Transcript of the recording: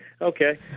Okay